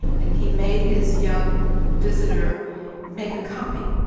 and he made his young visitor make a copy,